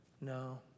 No